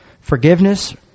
Forgiveness